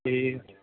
ए